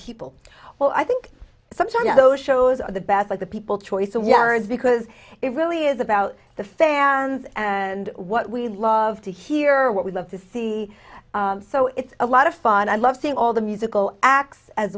people well i think sometimes those shows are the best like the people choice and yearns because it really is about the fans and what we love to hear what we love to see so it's a lot of fun i love seeing all the musical acts as